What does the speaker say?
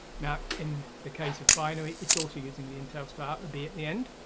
now in the case of binary it's also using the intel style a b at the end.